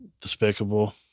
Despicable